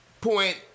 Point